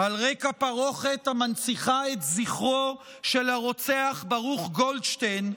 על רקע פרוכת המנציחה את זכרו של הרוצח ברוך גולדשטיין,